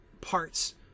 parts